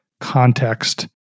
context